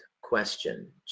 question